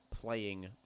playing